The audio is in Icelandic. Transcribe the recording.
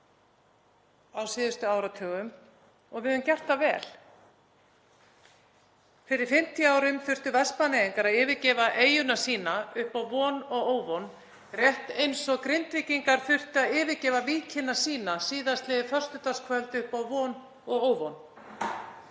á síðustu áratugum og við höfum gert það vel. Fyrir 50 árum þurftu Vestmannaeyingar að yfirgefa eyjuna sína upp á von og óvon rétt eins og Grindvíkingar þurftu að yfirgefa víkina sína síðastliðið föstudagskvöld upp á von og óvon.